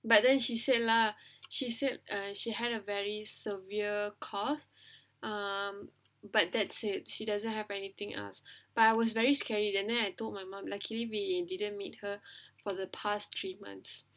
but then she say lah she said uh she had a very severe cough um but that it she doesn't have anything else but I was very scary and then I told my mum luckily we didn't meet her for the past three month